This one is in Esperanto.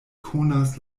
konas